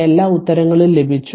എല്ലാ ഉത്തരങ്ങളും ലഭിച്ചു